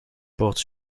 portent